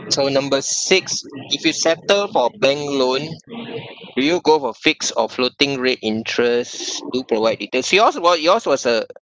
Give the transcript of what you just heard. so number six if you settle for bank loan do you go for fixed or floating rate interest do provide details so yours about yours was a